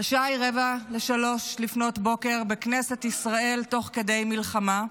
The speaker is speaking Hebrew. השעה היא 02:45 בכנסת ישראל, תוך כדי מלחמה,